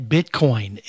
Bitcoin